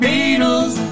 Beatles